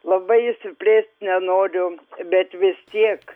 labai išsiplėst nenoriu bet vis tiek